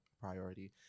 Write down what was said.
priority